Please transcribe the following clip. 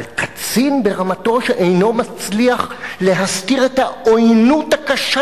אבל קצין ברמתו שאינו מצליח להסתיר את העוינות הקשה